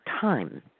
time